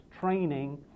training